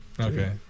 Okay